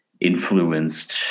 influenced